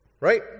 Right